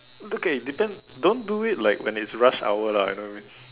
okay it depends don't do it like when it's rush hour lah you know really